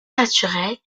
naturel